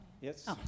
Yes